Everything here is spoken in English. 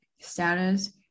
status